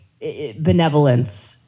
benevolence